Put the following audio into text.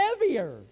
heavier